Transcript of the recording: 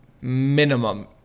minimum